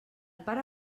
pare